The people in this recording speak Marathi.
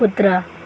कुत्रा